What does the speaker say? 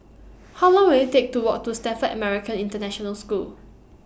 How Long Will IT Take to Walk to Stamford American International School